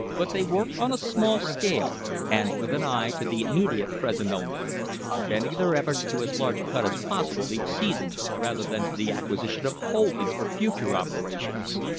but they worked on a small scale and with an eye to the immediate present only bending their efforts to as large a cut as possible each season rather than to the acquisition of holdings for future operations.